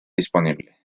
disponible